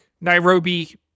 Nairobi